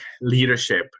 leadership